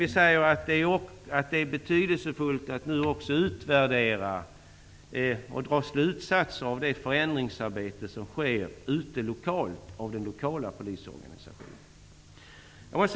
Vi säger att det är betydelsefullt att nu också utvärdera och dra slutsatser av det förändringsarbete som sker lokalt av den lokala polisorganisationen.